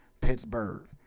Pittsburgh